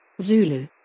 Zulu